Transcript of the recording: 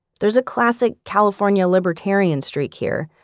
there's a classic california libertarian streak here,